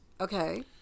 Okay